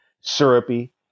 Syrupy